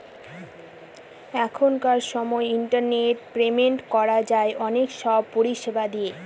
এখনকার সময় internet payment করা যায় অনেক সব পরিষেবা দিয়ে